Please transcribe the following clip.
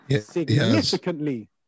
significantly